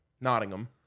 Nottingham